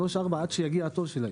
שלוש או ארבע עד שיגיע התור שלה.